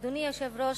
אדוני היושב-ראש,